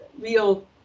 real